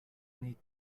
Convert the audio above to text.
need